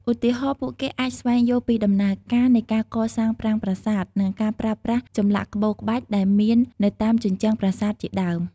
ឧទាហរណ៍ ពួកគេអាចស្វែងយល់ពីដំណើរការនៃការកសាងប្រាង្គប្រាសាទ និងការប្រើប្រាស់ចម្លាក់ក្បូរក្បាច់ដែលមាននៅតាមជញ្ជាំងប្រាសាទជាដើម។